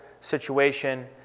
situation